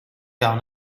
down